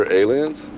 aliens